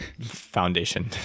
foundation